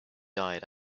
died